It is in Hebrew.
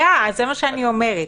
זה מה שאני אומרת.